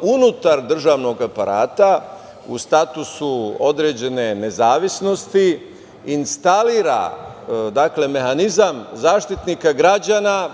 unutar državnog aparata u statusu određene nezavisnosti instalira mehanizam Zaštitnika građana